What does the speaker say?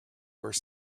where